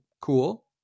cool